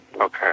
Okay